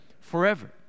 Forever